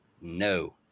no